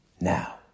Now